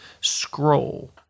scroll